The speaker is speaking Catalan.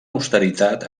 austeritat